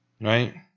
right